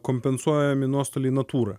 kompensuojami nuostoliai natūra